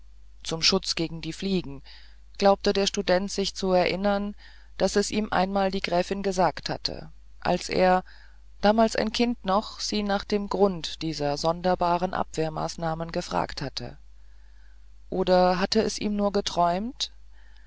zum schutz gegen die fliegen glaubte der student sich zu erinnern daß es ihm einmal die gräfin gesagt hatte als er damals ein kind noch sie nach dem grund dieser sonderbaren abwehrmaßnahmen gefragt hatte oder hatte es ihm nur geträumt